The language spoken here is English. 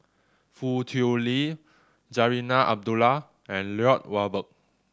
Foo Tui Liew Zarinah Abdullah and Lloyd Valberg